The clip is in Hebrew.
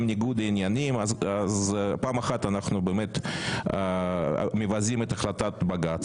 ניגוד העניינים אז פעם אחת אנחנו באמת מבזים את החלטת בג"צ